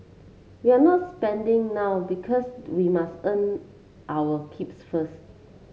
we're not spending now because we must earn our keeps first